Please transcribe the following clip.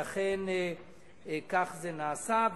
ואכן כך זה נעשה.